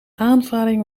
aanvaring